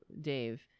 Dave